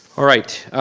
alright.